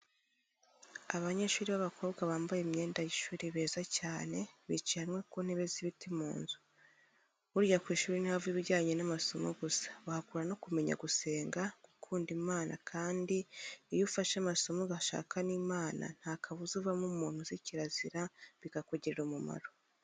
Abanyeshri babakobwa bambaye imyenda yishuri beza cyane bicaye hamwe kuntebe z,ibiti munzu. burya kwishuri ntihava ibijyanye namasomo gusa bahakura nokumenya gusenga gukunda imana kandi iyo ufashe amasomo ugashaka nimana ntakabuza uvamo umuntu uzi kirazira bikakugirira umumaro.